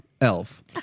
elf